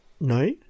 No